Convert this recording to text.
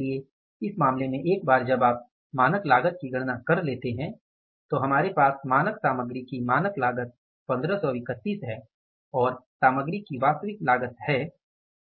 इसलिए इस मामले में एक बार जब आप अब मानक लागत की गणना कर लेते हैं तो हमारे पास मानक सामग्री की मानक लागत 1531 है और सामग्री की वास्तविक लागत है